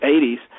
80s